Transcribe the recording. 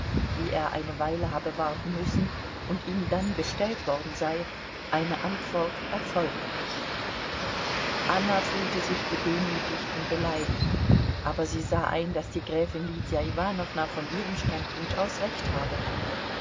wie er eine weile habe warten müssen und ihm dann bestellt worden sei eine antwort erfolgt nicht anna fühlte sich gedemütigt und beleidigt aber sie sah ein daß die gräfin lydia iwanowna von ihrem standpunkt aus recht habe